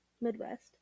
Midwest